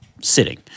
sitting